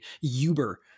Uber-